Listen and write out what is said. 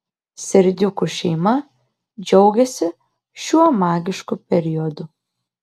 serdiukų šeima džiaugiasi šiuo magišku periodu